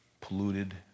polluted